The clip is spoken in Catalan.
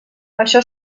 això